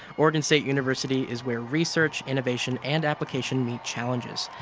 oregon state university is where research, innovation and application meet challenges,